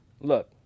look